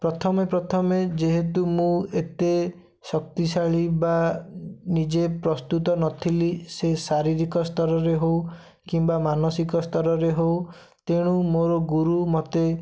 ପ୍ରଥମେ ପ୍ରଥମେ ଯେହେତୁ ମୁଁ ଏତେ ଶକ୍ତିଶାଳୀ ବା ନିଜେ ପ୍ରସ୍ତୁତ ନଥିଲି ସେ ଶାରୀରିକ ସ୍ତରରେ ହଉ କିମ୍ବା ମାନସିକ ସ୍ତରରେ ହଉ ତେଣୁ ମୋର ଗୁରୁ ମୋତେ